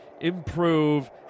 improve